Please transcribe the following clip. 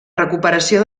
recuperació